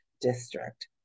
district